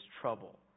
trouble